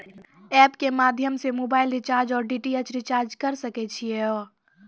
App के माध्यम से मोबाइल रिचार्ज ओर डी.टी.एच रिचार्ज करऽ सके छी यो?